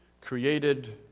created